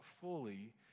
fully